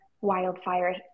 wildfire